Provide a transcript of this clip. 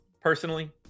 personally